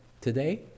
today